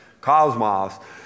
cosmos